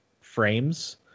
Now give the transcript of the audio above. frames